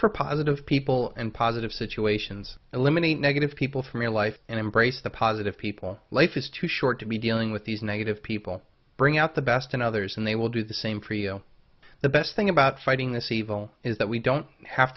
for positive people and positive situations eliminate negative people from your life and embrace the positive people life is too short to be dealing with these negative people bring out the best in others and they will do the same for you the best thing about fighting this evil is that we don't have